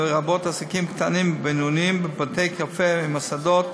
לרבות עסקים קטנים ובינוניים כבתי-קפה ומסעדות,